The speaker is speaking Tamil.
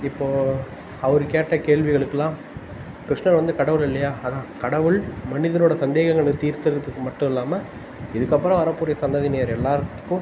இப்போ அவர் கேட்ட கேள்விகளுக்கு எல்லாம் கிருஷ்ணர் வந்து கடவுள் இல்லையா அதான் கடவுள் மனிதரோட சந்தேங்கள்ள தீர்த்தரத்துக்கு மட்டும் இல்லாமல் இதற்கப்றம் வரப்போகற சந்ததியினியர் எல்லாருக்கும்